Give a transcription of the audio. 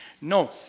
No